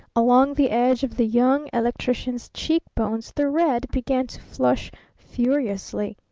along the edge of the young electrician's cheek-bones the red began to flush furiously.